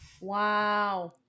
Wow